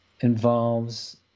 involves